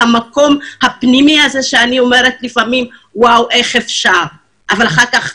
המקום הפנימי הזה שאני לפעמים שואלת איך אפשר אבל אחר כך,